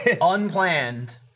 Unplanned